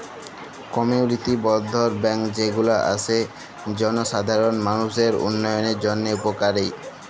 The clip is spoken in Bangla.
কমিউলিটি বর্ধল ব্যাঙ্ক যে গুলা আসে জলসাধারল মালুষের উল্যয়নের জন্হে উপকারী